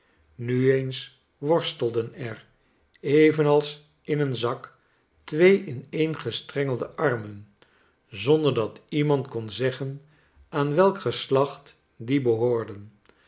nu eens worstelden er evenals in een zak twee ineengestrengelde armen zonder dat iemand kon zeggen aan welk geslacht die behoorden